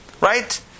Right